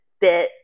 bit